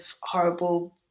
horrible